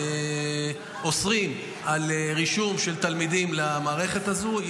אוסרים על רישום של תלמידים למערכת הזו.